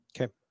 Okay